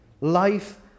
Life